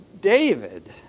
David